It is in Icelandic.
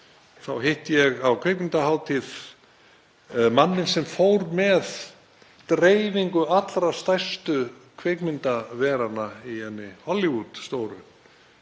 þá hitti ég á kvikmyndahátíð mann sem fór með dreifingu allra stærstu kvikmyndaveranna í hinni stóru